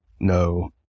No